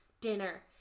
dinner